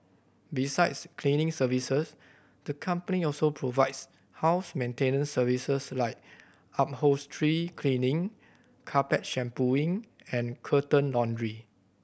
besides cleaning services the company also provides house maintenance services like upholstery cleaning carpet shampooing and curtain laundry